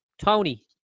Tony